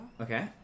Okay